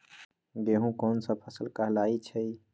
गेहूँ कोन सा फसल कहलाई छई?